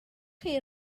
chi